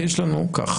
יש לנו ככה,